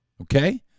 okay